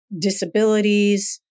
disabilities